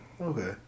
okay